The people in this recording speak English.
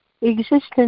Existence